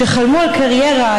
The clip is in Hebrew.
שחלמו על קריירה,